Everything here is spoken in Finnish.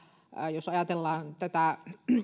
jos ajatellaan tätä